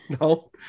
No